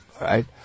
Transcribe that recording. right